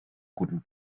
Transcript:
guten